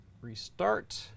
restart